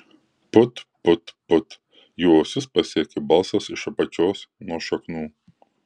put put put jų ausis pasiekė balsas iš apačios nuo šaknų